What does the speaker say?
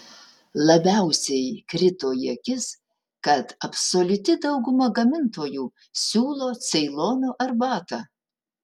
labiausiai krito į akis kad absoliuti dauguma gamintojų siūlo ceilono arbatą